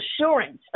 assurance